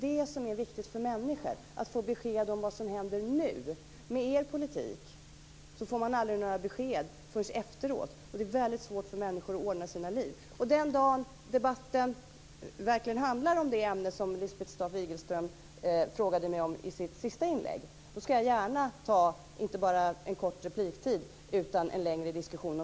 Det är viktigt för människor att få besked om vad som händer nu. Med er politik får de aldrig några besked förrän efteråt, och då är det väldigt svårt för människor att inrätta sina liv. Den dag som debatten handlar om det som Lisbeth Staaf-Igelström frågade mig om i sitt senaste inlägg ska jag gärna ta en längre diskussion.